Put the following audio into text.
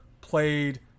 played